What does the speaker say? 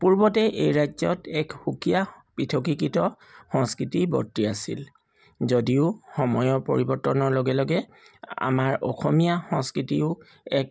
পূৰ্বতে এই ৰাজ্যত এক সুকীয়া পৃথকীকৃত সংস্কৃতি বৰ্তি আছিল যদিও সময়ৰ পৰিৱৰ্তনৰ লগে লগে আমাৰ অসমীয়া সংস্কৃতিও এক